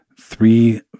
three